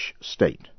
state